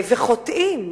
וחוטאים,